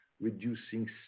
reducing